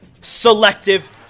Selective